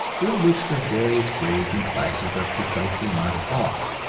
in which the various grades and classes are precisely marked off,